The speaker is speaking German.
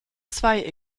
zwei